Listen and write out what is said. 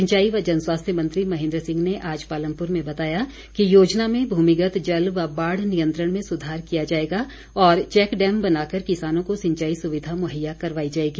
सिंचाई व जनस्वास्थ्य मंत्री महेन्द्र सिंह ने आज पालमपुर में बताया कि योजना में भूमिगत जल व बाढ़ नियंत्रण में सुधार किया जाएगा और चैक डैम बनाकर किसानों को सिंचाई सुविधा मुहैया करवाई जाएगी